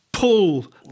pull